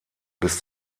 bis